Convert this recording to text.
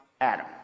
Adam